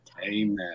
Amen